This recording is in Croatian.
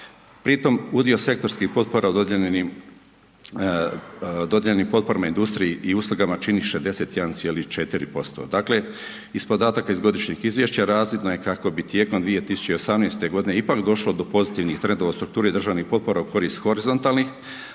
Pri tome udio sektorskih potpora o dodijeljenim potporama industriji i uslugama čini 61,4%. Dakle iz podataka iz godišnjeg izvješća razvidno je kako bi tijekom 2018. godine ipak došlo do pozitivnih trendova u strukturi državnih potpora u korist horizontalnih